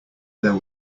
there